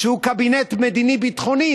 שהוא קבינט מדיני-ביטחוני,